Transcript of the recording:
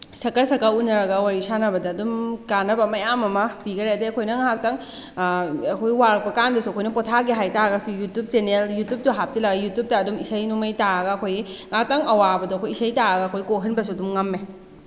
ꯁꯛꯀ ꯁꯛꯀ ꯎꯅꯔꯒ ꯋꯥꯔꯤ ꯁꯥꯟꯅꯕꯗ ꯑꯗꯨꯝ ꯀꯥꯟꯅꯕ ꯃꯌꯥꯝ ꯑꯃ ꯄꯤꯈꯔꯦ ꯑꯗꯩ ꯑꯩꯈꯣꯏꯅ ꯉꯥꯏꯍꯥꯛꯇꯪ ꯑꯩꯈꯣꯏ ꯋꯥꯔꯛꯄ ꯀꯥꯟꯗꯁꯨ ꯑꯩꯈꯣꯏꯅ ꯄꯣꯊꯥꯒꯦ ꯍꯥꯏꯇꯥꯔꯒꯁꯨ ꯌꯨꯇ꯭ꯌꯨꯞ ꯆꯦꯅꯦꯜ ꯌꯨꯇ꯭ꯌꯨꯞꯇꯣ ꯍꯥꯞꯆꯤꯜꯂꯒ ꯌꯨꯇ꯭ꯌꯨꯞꯇ ꯑꯗꯨꯝ ꯏꯁꯩ ꯅꯣꯡꯃꯥꯏ ꯇꯥꯔꯒ ꯑꯩꯈꯣꯏꯒꯤ ꯉꯥꯛꯇꯪ ꯑꯋꯥꯕꯗꯣ ꯑꯩꯈꯣꯏ ꯏꯁꯩ ꯇꯥꯔꯒ ꯑꯩꯈꯣꯏ ꯀꯣꯛꯍꯟꯕꯁꯨ ꯑꯗꯨꯝ ꯉꯝꯃꯦ